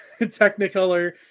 Technicolor